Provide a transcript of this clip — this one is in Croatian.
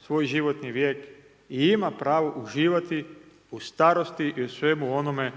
svoj životni vijek i ima pravo uživati u starosti i u svemu onome,